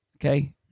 Okay